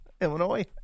Illinois